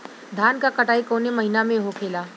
धान क कटाई कवने महीना में होखेला?